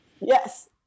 yes